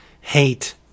hate